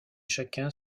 chacun